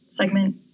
segment